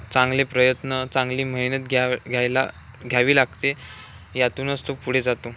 चांगले प्रयत्न चांगली मेहनत घ्या घ्यायला घ्यावी लागते यातूनच तो पुढे जातो